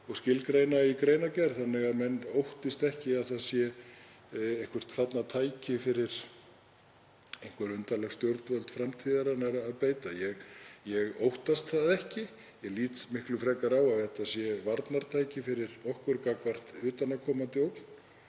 og skilgreina í greinargerð þannig að menn óttist ekki að það sé tæki þarna fyrir einhver undarleg stjórnvöld framtíðarinnar að beita. Ég óttast það ekki. Ég lít miklu frekar svo á að þetta sé varnartæki fyrir okkur gagnvart utanaðkomandi ógn